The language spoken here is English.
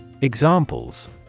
Examples